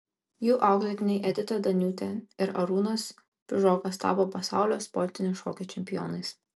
jų auklėtiniai edita daniūtė ir arūnas bižokas tapo pasaulio sportinių šokių čempionais